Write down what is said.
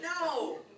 no